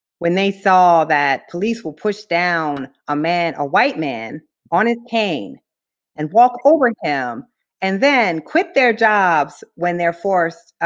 when they saw that police will push down a man a white man on a cane and walk over him and then quit their jobs when they're forced